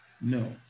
No